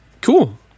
Cool